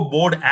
Board